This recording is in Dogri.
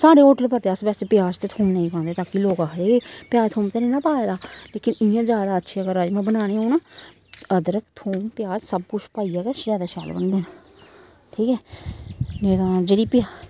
सानूं होटल पता ऐ अस वैसे प्याज ते थोम नेईं पांदे ताकि लोक आखदे प्याज थोम ते नेईं ना पाए दा लेकिन इ'यां जैदा अच्छे अगर राजमांह् बनाने होन अदरक थोम प्याज सब कुछ पाइयै गै जैदा शैल बनदे न ठीक ऐ नेईं तां जेह्ड़ी प्या